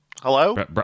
hello